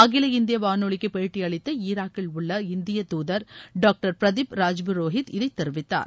அகில இந்திய வானொலிக்கு பேட்டியளித்த ஈராக்கில் உள்ள இந்திய தூதர் டாக்டர் பிரதீப் ராஜ்புரோஹித் இதைத் தெரிவித்தார்